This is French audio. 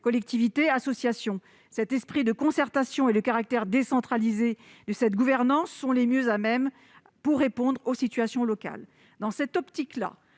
et associations. Cet esprit de concertation et le caractère décentralisé de cette gouvernance sont les mieux à même de répondre aux situations locales.